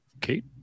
Kate